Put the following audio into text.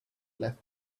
left